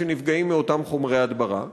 שנפגעים מאותם חומרי הדברה.